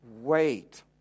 Wait